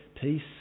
peace